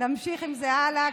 נמשיך עם זה הלאה,